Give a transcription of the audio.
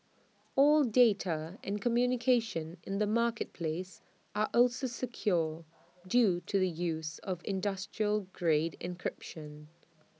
all data and communication in the marketplace are also secure due to the use of industrial grade encryption